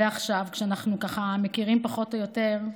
ועכשיו, כשאנחנו מכירים פחות או יותר,